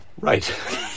Right